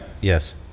Yes